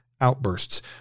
outbursts